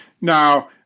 now